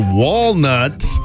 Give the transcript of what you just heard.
walnuts